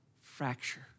fracture